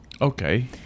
Okay